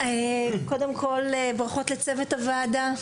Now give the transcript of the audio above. קודם כל ברכות לצוות הוועדה,